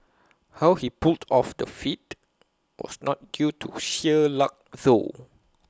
how he pulled off the feat was not due to sheer luck though